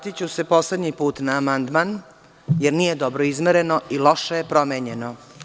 Vratiću se poslednji put na amandman, jer nije dobro izmereno i loše je promenjeno.